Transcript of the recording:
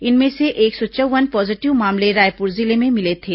इनमें से एक सौ चौव्वन पॉजीटिव मामले रायपुर जिले में मिले थे